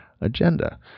agenda